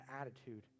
attitude